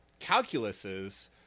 calculuses